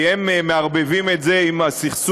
כי הם מערבבים את זה עם הסכסוך